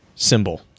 Symbol